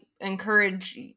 encourage